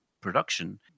production